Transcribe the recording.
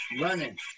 running